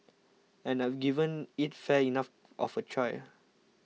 and I've given it fair enough of a try